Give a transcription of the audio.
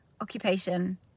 occupation